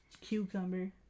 cucumber